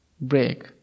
break